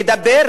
לדבר.